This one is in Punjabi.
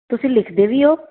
ਤੁਸੀਂ ਲਿਖਦੇ ਵੀ ਹੋ